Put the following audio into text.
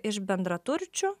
iš bendraturčių